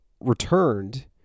returned